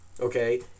okay